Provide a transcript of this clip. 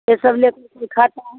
ये सब ले करके खाता